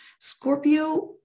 Scorpio